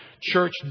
church